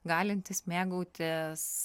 galintis mėgautis